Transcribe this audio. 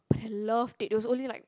but I loved it it was only like